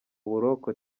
buroko